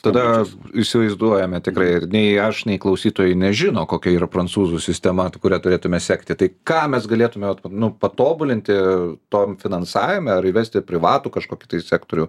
tada įsivaizduojame tikrai ir nei aš nei klausytojai nežino kokia yra prancūzų sistema kuria turėtume sekti tai ką mes galėtume vat nu patobulinti tom finansavime ar įvesti privatų kažkokį tai sektorių